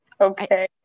Okay